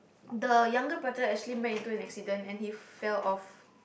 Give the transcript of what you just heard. the younger brother actually met into an accident and he fell off